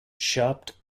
chopped